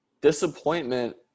Disappointment